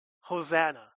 Hosanna